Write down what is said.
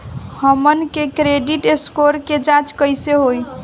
हमन के credit score के जांच कैसे होइ?